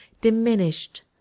diminished